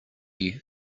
you